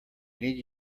need